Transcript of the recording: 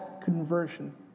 conversion